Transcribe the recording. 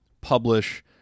publish